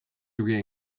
degree